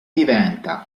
diventa